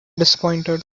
disappointed